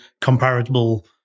comparable